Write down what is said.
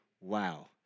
wow